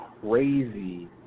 crazy